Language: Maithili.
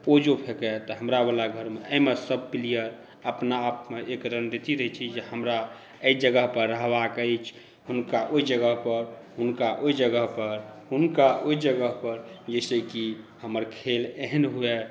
ओ जँ फेकय तऽ हमरा वला घरमे एहिमे सभ प्लेअर अपनाआपमे एक रणनिति रहैत छै जे हमरा एहि जगह पर रहबाक अछि हुनका ओहि जगह पर हुनका ओहि जगह पर हुनका ओहि जगह पर जाहिसँ कि हमर खेल एहन हुए